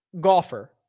golfer